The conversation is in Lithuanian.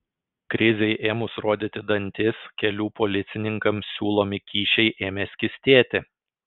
krizei ėmus rodyti dantis kelių policininkams siūlomi kyšiai ėmė skystėti